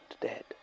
dead